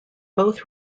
both